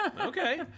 Okay